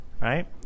right